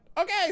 Okay